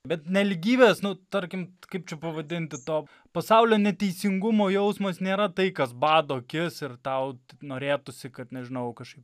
bet nelygybės nu tarkim kaip čia pavadinti to pasaulio neteisingumo jausmas nėra tai kas bado akis ir tau norėtųsi kad nežinau kažkaip